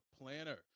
Planner